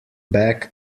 back